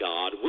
God